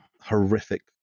horrific